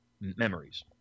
Memories